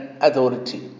authority